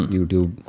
YouTube